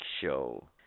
show